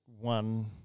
one